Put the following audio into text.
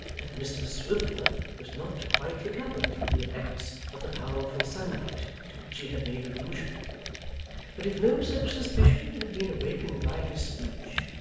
that mr swiveller was not quite recovered from the effects of the powerful sunlight to which he had made allusion but if no such suspicion had been awakened by his speech,